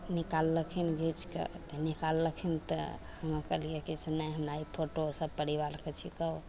निकालखिन घिचिके अपने निकालखिन तऽ हमे कहलिए कि से नहि हमरा ई फोटो सभ परिवारके छिकौ